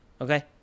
Okay